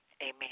amen